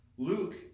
Luke